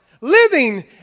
living